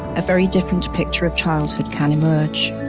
a very different picture of childhood can emerge.